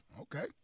okay